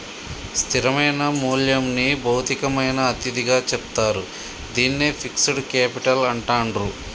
స్థిరమైన మూల్యంని భౌతికమైన అతిథిగా చెప్తారు, దీన్నే ఫిక్స్డ్ కేపిటల్ అంటాండ్రు